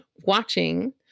watching